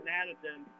Madison